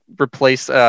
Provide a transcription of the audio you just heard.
replace